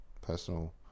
personal